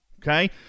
Okay